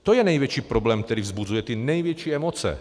To je největší problém, který vzbuzuje ty největší emoce.